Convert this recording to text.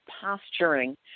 posturing